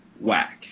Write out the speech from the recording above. whack